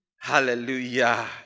hallelujah